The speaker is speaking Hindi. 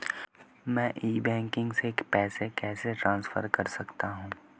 मैं ई बैंकिंग से पैसे कैसे ट्रांसफर कर सकता हूं?